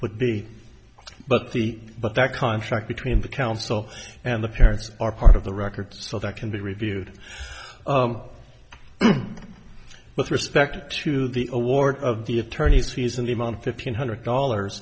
would be but the but that contract between the counsel and the parents are part of the record so that can be reviewed with respect to the award of the attorney's fees in the month fifteen hundred dollars